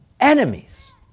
enemies